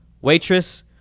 Waitress